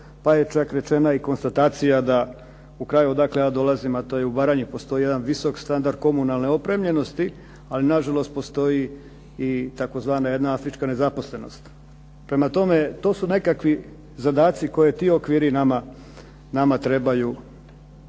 pa je čak rečena i konstatacija da u kraju od kuda ja dolazim, a to je Baranja postoji jedan visok standard komunalne opremljenosti, ali nažalost postoji i tzv. jedna afrička nezaposlenost. Prema tome, to su nekakvi zadaci koji ti okviri nama trebaju,